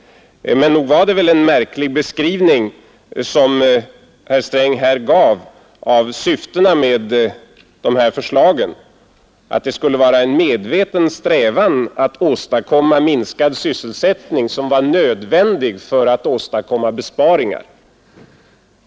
Men nog var det väl en märklig beskrivning som herr Sträng gav av syftet med de här förslagen, att en medveten strävan att åstadkomma minskad sysselsättning skulle vara nödvändig för att åstadkomma besparingar.